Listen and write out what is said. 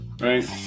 Right